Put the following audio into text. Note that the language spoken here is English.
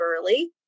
early